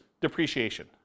depreciation